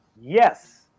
Yes